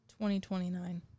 2029